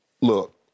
look